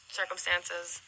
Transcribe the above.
circumstances